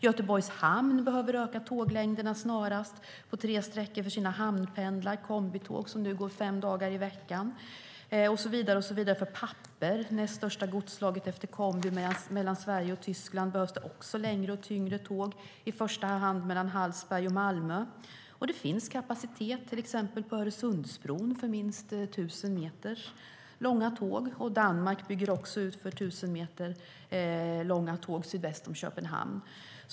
Göteborgs hamn behöver öka tåglängderna snarast på tre sträckor för sina hamnpendlar, kombitåg som nu går fem dagar i veckan. För papper, det näst största godsslaget efter kombi mellan Sverige och Tyskland, behövs också längre och tyngre tåg, i första hand mellan Hallsberg och Malmö. Det finns kapacitet, till exempel på Öresundsbron, för minst 1 000 meter långa tåg. Danmark bygger också ut för 1 000 meter långa tåg sydväst om Köpenhamn.